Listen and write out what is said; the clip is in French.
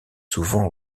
souvent